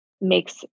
makes